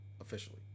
officially